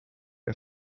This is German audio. der